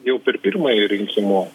jau per pirmąjį rinkimų